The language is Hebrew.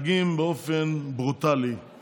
לאופוזיציה, יש אפקט משמעותי, מזבלה.